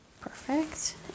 Perfect